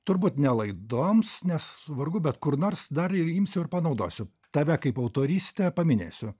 turbūt ne laidoms nes vargu bet kur nors dar imsiu ir panaudosiu tave kaip autorystę paminėsiu